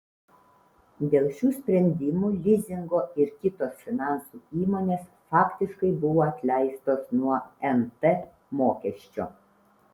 dėl šių sprendimų lizingo ir kitos finansų įmonės faktiškai buvo atleistos nuo nt mokesčio